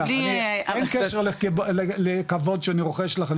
אין קשר לכבוד שאני רוכש לך,